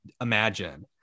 imagine